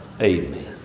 Amen